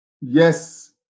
Yes